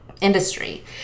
industry